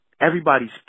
everybody's